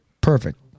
Perfect